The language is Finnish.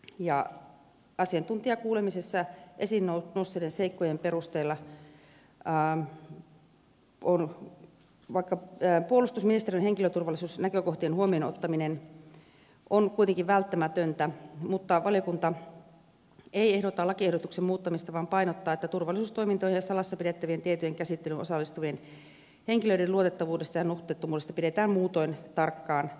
ja asiantuntijakuulemisessa esiin nousseiden seikkojen perusteella puolustusministeriön henkilöturvallisuusnäkökohtien huomioon ottaminen on kuitenkin välttämätöntä mutta valiokunta ei ehdota lakiehdotuksen muuttamista vaan painottaa että turvallisuustoimintojen ja salassa pidettävien tietojen käsittelyyn osallistuvien henkilöiden luotettavuudesta ja nuhteettomuudesta pidetään muutoin tarkkaan kiinni